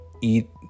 eat